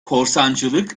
korsancılık